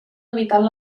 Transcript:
evitant